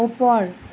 ওপৰ